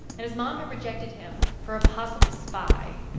and his mom had rejected him for a possible spy